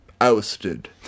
ousted